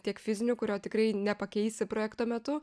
tiek fiziniu kurio tikrai nepakeisi projekto metu